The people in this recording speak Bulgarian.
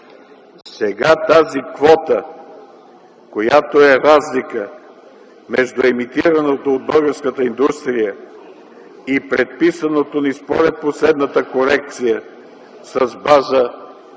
сега тази квота, която е разлика между емитираното от българската индустрия и предписаното ни според последната корекция с база